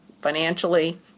financially